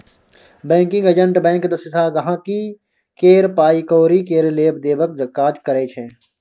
banking agent bank दिस सँ गांहिकी केर पाइ कौरी केर लेब देबक काज करै छै